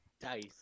dice